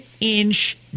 inch